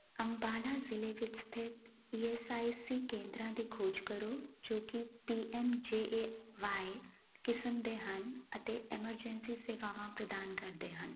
ਅੰਬਾਲਾ ਜ਼ਿਲ੍ਹੇ ਵਿੱਚ ਸਥਿਤ ਈ ਐਸ ਆਈ ਸੀ ਕੇਂਦਰਾਂ ਦੀ ਖੋਜ ਕਰੋ ਜੋ ਕਿ P M J A Y ਕਿਸਮ ਦੇ ਹਨ ਅਤੇ ਐਮਰਜੈਂਸੀ ਸੇਵਾਵਾਂ ਪ੍ਰਦਾਨ ਕਰਦੇ ਹਨ